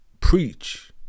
preach